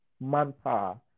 manpower